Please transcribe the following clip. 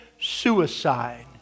suicide